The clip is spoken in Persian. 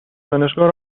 دانشگاه